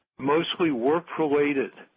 mostly work related,